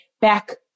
back